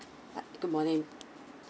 hi good morning